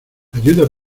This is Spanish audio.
ayuda